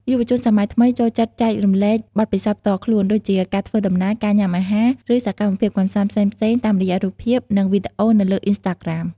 យុវជនសម័យថ្មីចូលចិត្តចែករំលែកបទពិសោធន៍ផ្ទាល់ខ្លួន ដូចជាការធ្វើដំណើរ ការញ៉ាំអាហារ ឬសកម្មភាពកម្សាន្តផ្សេងៗតាមរយៈរូបភាព និងវីដេអូនៅលើអុីនស្តាក្រាម។